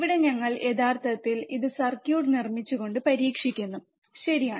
ഇവിടെ ഞങ്ങൾ യഥാർത്ഥത്തിൽ ഇത് സർക്യൂട്ട് നിർമ്മിച്ചുകൊണ്ട് പരീക്ഷിക്കുന്നു ശരിയാണ്